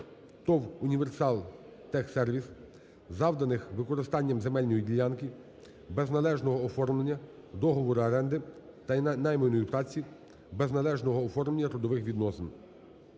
ТОВ "Універсал-Техсервіс", завданих використанням земельної ділянки без належного оформлення договору оренди та найманої праці без належного оформлення трудових відносин.